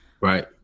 Right